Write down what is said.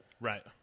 right